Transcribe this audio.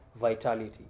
vitality